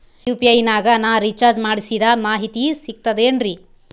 UPI ನಾಗ ನಾ recharge ಮಾಡಿಸಿದ ಮಾಹಿತಿ ಸಿಕ್ತದೆ ಏನ್ರಿ?